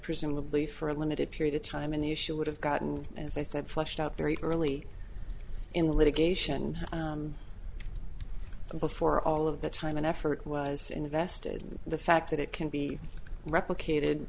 presumably for a limited period of time and the issue would have gotten as i said fleshed out very early in the litigation before all of the time and effort was invested in the fact that it can be replicated